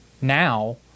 now